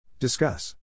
Discuss